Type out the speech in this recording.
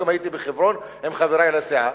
היום הייתי בחברון עם חברי לסיעה,